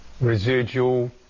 residual